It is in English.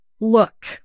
Look